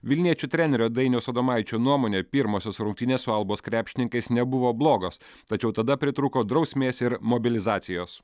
vilniečių trenerio dainiaus adomaičio nuomone pirmosios rungtynės su albos krepšininkais nebuvo blogos tačiau tada pritrūko drausmės ir mobilizacijos